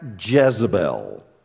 jezebel